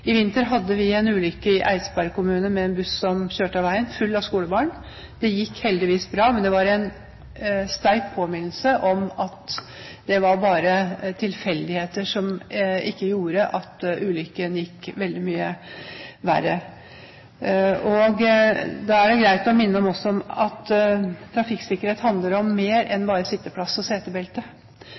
I vinter hadde vi en ulykke i Eidsberg kommune med en buss som kjørte av veien – full av skolebarn. Det gikk heldigvis bra, men det var en sterk påminnelse om at det bare var tilfeldigheter som gjorde at ikke ulykken gikk veldig mye verre. Da er det også greit å minne om at trafikksikkerhet handler om mer enn bare sitteplass og